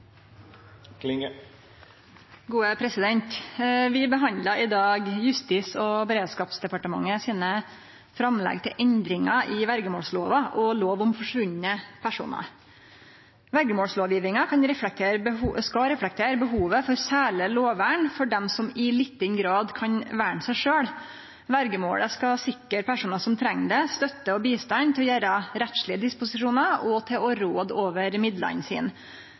er vedteke. Vi behandlar i dag Justis- og beredskapsdepartementets framlegg til endringar i verjemålslova og lov om forsvunne personar. Verjemålslovgjevinga skal reflektere behovet for særleg lovvern for dei som i liten grad kan verne seg sjølve. Verjemålet skal sikre personar som treng det, støtte og bistand til å gjere rettslege disposisjonar og til å råde over midlane